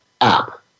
app